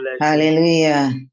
Hallelujah